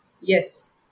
yes